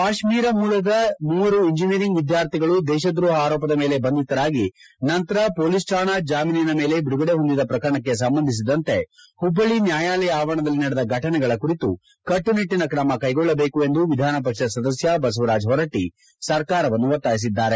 ಕಾಶ್ಮೀರ ಮೂಲದ ಮೂವರು ಇಂಜಿನಿಯರಿಂಗ್ ವಿದ್ವಾರ್ಥಿಗಳು ದೇಶದ್ರೋಹ ಆರೋಪದ ಮೇಲೆ ಬಂಧಿತರಾಗಿ ನಂತರ ಮೊಲೀಸ್ ಠಾಣಾ ಜಾಮೀನಿನ ಮೇಲೆ ಬಿಡುಗಡೆ ಹೊಂದಿದ ಪ್ರಕರಣಕ್ಕೆ ಸಂಬಂಧಿಸಿದಂತೆ ಹಬ್ಬಳ್ಳಿ ನ್ಕಾಯಾಲಯ ಆವರಣದಲ್ಲಿ ನಡೆದ ಘಟನೆಗಳ ಕುರಿತು ಕಟ್ಪನಿಟ್ಟಿನ ಕ್ರಮ ಕೈಗೊಳ್ಳಬೇಕು ಎಂದು ವಿಧಾನ ಪರಿಷತ್ ಸದಸ್ತ ಬಸವರಾಜ ಹೊರಟ್ಟಿ ಸರ್ಕಾರವನ್ನು ಒತ್ತಾಯಿಸಿದ್ದಾರೆ